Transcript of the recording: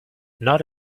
not